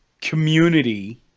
community